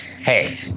hey